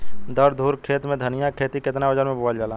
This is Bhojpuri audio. दस धुर खेत में धनिया के केतना वजन मे बोवल जाला?